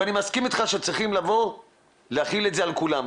אני מסכים אתך שצריכים לבוא ולהחיל את זה על כולם,